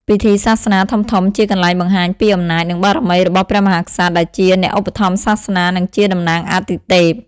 ពិធីសាសនាធំៗជាកន្លែងបង្ហាញពីអំណាច និងបារមីរបស់ព្រះមហាក្សត្រ ដែលជាអ្នកឧបត្ថម្ភសាសនា និងជាតំណាងអាទិទេព។